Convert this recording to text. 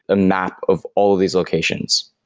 a map of all of these locations.